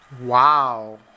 Wow